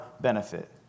benefit